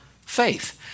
faith